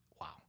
Wow